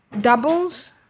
doubles